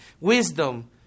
wisdom